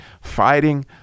fighting